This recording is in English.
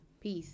peace